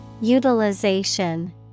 Utilization